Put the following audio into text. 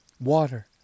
water